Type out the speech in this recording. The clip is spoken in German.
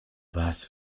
was